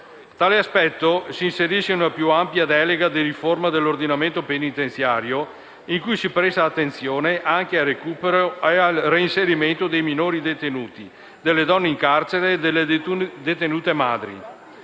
Tale aspetto si inserisce in una più ampia delega di riforma dell'ordinamento penitenziario, in cui si presta attenzione anche al recupero e al reinserimento dei minori detenuti, delle donne in carcere e delle detenute madri.